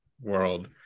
world